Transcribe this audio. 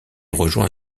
rejoint